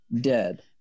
dead